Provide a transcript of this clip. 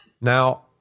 Now